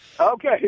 Okay